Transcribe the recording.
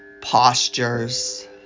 postures